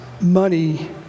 money